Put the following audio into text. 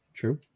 True